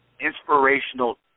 inspirational